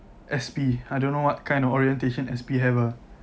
S_P I don't know what kind of orientation S_P have ah